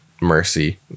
mercy